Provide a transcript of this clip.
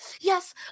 yes